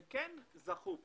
הם כן זכו פה.